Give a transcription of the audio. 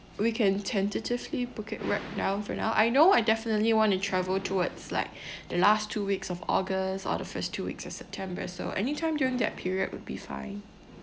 we can tentatively book it right now for now I know I definitely want to travel towards like the last two weeks of august or the first two weeks of september so anytime during that period would be fine